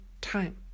time